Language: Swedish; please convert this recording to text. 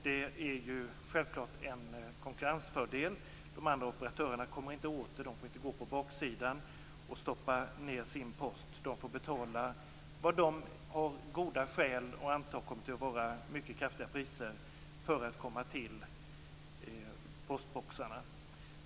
Det är självfallet en konkurrensfördel, eftersom de övriga operatörerna inte kommer åt dem. De får inte gå på baksidan och stoppa ned sin post, utan de får betala det som de av goda skäl antar kommer att vara ett mycket högt pris för att komma åt postboxarna.